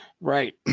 Right